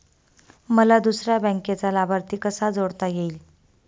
मला दुसऱ्या बँकेचा लाभार्थी कसा जोडता येईल?